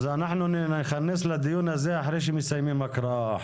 אז אנחנו ניכנס לדיון הזה אחרי שמסיימים הקראה,